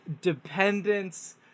dependence